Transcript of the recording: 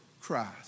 Christ